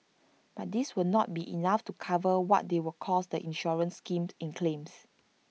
but this will not be enough to cover what they will cost the insurance scheme in claims